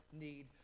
need